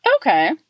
Okay